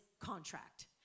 contract